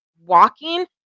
walking